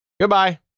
Goodbye